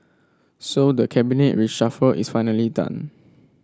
so the Cabinet reshuffle is finally done